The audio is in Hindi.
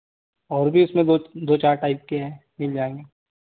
और भी इसमें दो दो चार टाइप के हैं मिल जाएँगे